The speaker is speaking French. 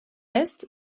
est